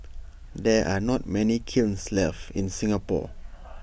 there are not many kilns left in Singapore